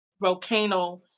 volcano